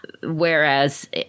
Whereas